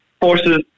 forces